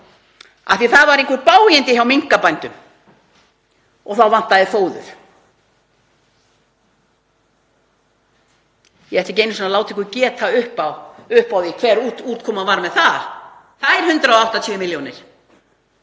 Það voru einhver bágindi hjá minkabændum og þá vantaði fóður. Ég ætla ekki einu sinni að láta ykkur geta upp á því hver útkoman var með það. Þær 180 milljónir